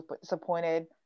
disappointed